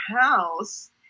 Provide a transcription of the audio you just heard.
house